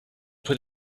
put